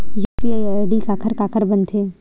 UPI ID काखर काखर बनथे?